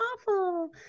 awful